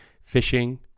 fishing